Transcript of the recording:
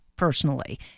personally